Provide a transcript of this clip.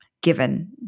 given